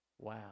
Wow